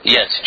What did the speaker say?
Yes